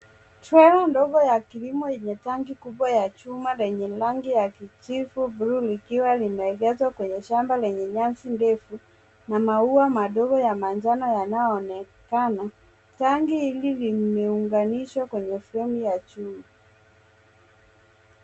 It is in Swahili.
Trela ndogo ya kilimo yenye tanki kubwa ya chuma lenye rangi ya kijivu bluu, likiwa limeegezwa kwenye shamba lenye nyasi ndefu na maua madogo ya manjano yanayonekana. Tanki hili vimeunganishwa kwenye fremu ya chuma.